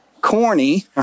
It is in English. corny